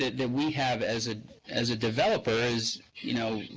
that we have as ah as a developer is, you know,